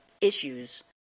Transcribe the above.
issues